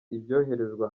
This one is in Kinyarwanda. ibyoherezwa